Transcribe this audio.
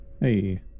Hey